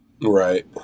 Right